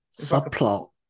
Subplot